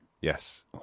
Yes